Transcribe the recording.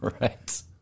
Right